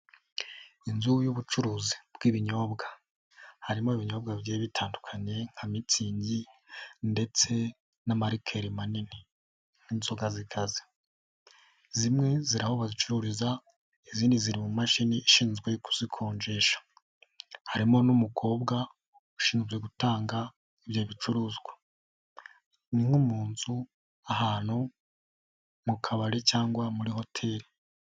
Inzu y'ubucuruzi bw'ibinyobwa, harimo ibinyobwa bigiye bitandukanye nka mitsingi ndetse n'amarikeri manini n'inzoga zikaze. Zimwe ziri aho bazicururiza, izindi ziri mu mashini ishinzwe kuzikonjesha. Harimo n'umukobwa ushinzwe gutanga ibyo bicuruzwa. Ni nko mu nzu, ahantu, mu kabari cyangwa muri hotel.